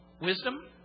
Wisdom